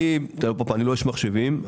אני לא איש מחשבים,